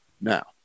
Now